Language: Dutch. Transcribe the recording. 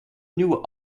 nieuwe